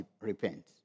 repent